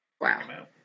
Wow